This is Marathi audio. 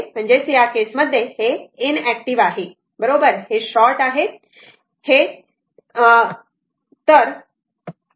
तर या केस मध्ये हे इन एक्टिव आहे बरोबर हे शॉर्ट आहे